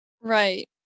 right